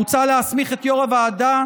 מוצע להסמיך את יו"ר הוועדה,